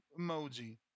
emoji